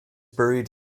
buried